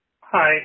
Hi